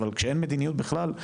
אבל כשאין מדיניות בכלל,